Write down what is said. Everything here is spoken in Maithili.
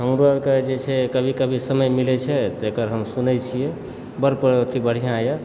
हमरो अर कऽ जे छै कभी कभी समय मिलै छै तऽ एकर हम सुनै छियै बड़ अथी बढ़िआँ यऽ